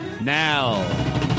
Now—